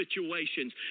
situations